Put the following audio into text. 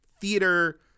theater